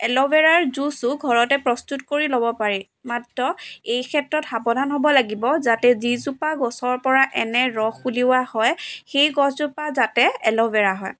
এলভেৰাৰ জুচো ঘৰতে প্ৰস্তুত কৰি ল'ব পাৰি মাত্ৰ এই ক্ষেত্ৰত সাৱধান হ'ব লাগিব যাতে যিজোপা গছৰ পৰা এনে ৰস উলিওৱা হয় সেই গছজোপা যাতে এল'ভেৰা হয়